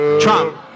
Trump